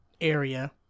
area